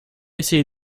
essayé